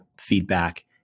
feedback